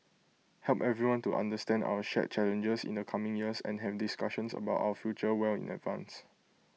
help everyone to understand our shared challenges in the coming years and have discussions about our future well in advance